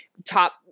Top